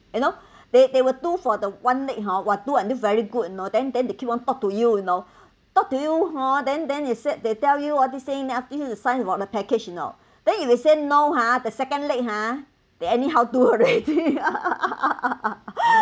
you know they they will do for the one leg hor !wah! do until very good you know then then they keep on talk to you you know talk to you hor then then they said they tell you all these thing then give you to sign about the package you know then if you say no hor the second leg hor they anyhow do already